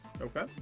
Okay